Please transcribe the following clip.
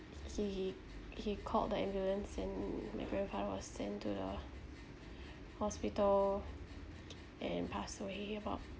he he called the ambulance and my grandfather was sent to the hospital and passed away about